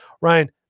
Ryan